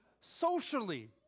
socially